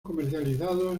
comercializados